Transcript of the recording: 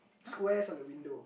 squares on the window